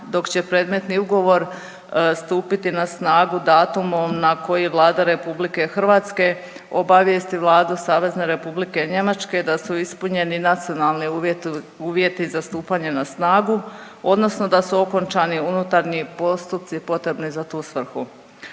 dok će predmetni ugovor stupiti na snagu datumom na koji Vlada RH obavijesti Vladu SR Njemačke da su ispunjeni nacionalni uvjeti za stupanje na snagu, odnosno da su okončani unutarnji postupci potrebni za tu svrhu,